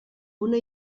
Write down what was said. una